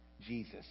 Jesus